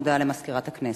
הודעה למזכירת הכנסת.